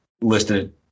Listed